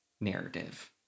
narrative